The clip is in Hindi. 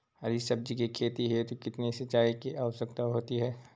हरी सब्जी की खेती हेतु कितने सिंचाई की आवश्यकता होती है?